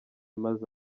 maze